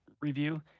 review